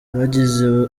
yagize